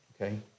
Okay